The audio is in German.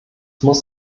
muss